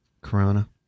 Corona